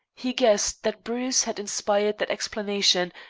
he guessed that bruce had inspired that explanation,